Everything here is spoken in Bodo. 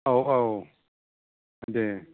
औ औ देह